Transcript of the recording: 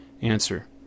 Answer